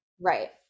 Right